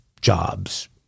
jobs